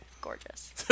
Gorgeous